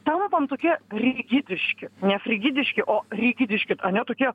tampam tokie rigidiški ne frigidiški o rigidiški ane tokie